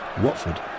Watford